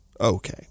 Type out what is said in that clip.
Okay